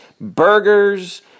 burgers